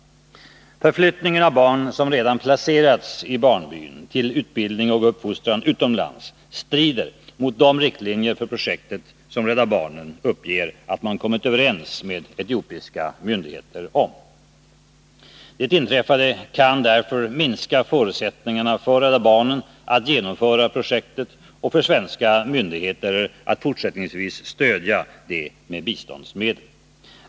Förflyttningen av barn som redan placerats i barnbyn till utbildning och uppfostran utomlands strider mot de riktlinjer för projektet som Rädda barnen uppger att man kommit överens med etiopiska myndigheter om. Det inträffade kan därför minska förutsättningarna för Rädda barnen att genomföra projektet och för svenska myndigheter att fortsättningsvis stödja det med biståndsmedel.